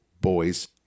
Boys